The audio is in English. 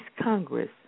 Congress